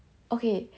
okay